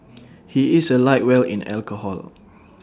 he is A lightweight in alcohol